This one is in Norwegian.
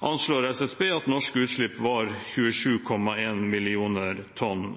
anslår SSB at norske utslipp var 27,1 mill. tonn